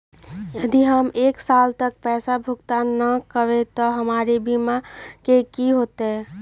यदि हम एक साल तक पैसा भुगतान न कवै त हमर बीमा के की होतै?